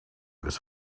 was